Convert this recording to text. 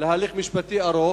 להליך משפטי ארוך,